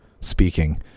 speaking